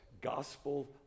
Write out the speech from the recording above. gospel